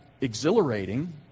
exhilarating